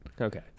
Okay